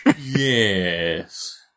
Yes